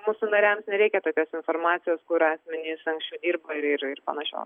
mūsų nariams nereikia tokios informacijos kur asmenys anksčiau dirbo ir panašiai